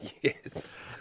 yes